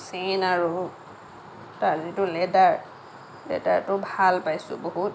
chain আৰু তাৰ যিটো লেডাৰ লেডাৰটো ভাল পাইছোঁ বহুত